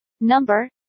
number